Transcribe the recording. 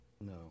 No